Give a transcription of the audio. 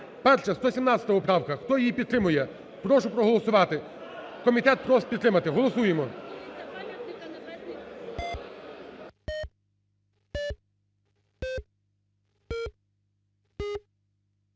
Перше, 117 поправка. Хто її підтримує, прошу проголосувати. Комітет просить підтримати. Голосуємо.